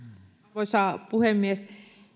arvoisa puhemies